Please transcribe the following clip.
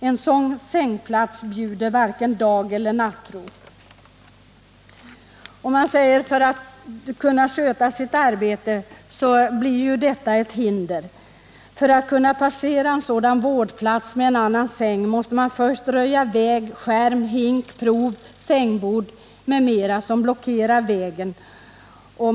En sådan sängplats bjuder varken dageller nattro. Dessutom blir trängseln i korridoren minst sagt besvärande. För att kunna passera en sådan ”vårdplats” med en annan säng måste man först röja väg: skärm, hink, provisoriskt sängbord m.m. som blockerar vägen.